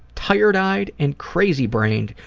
tired-eyed and crazy-brained,